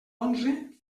onze